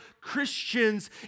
Christians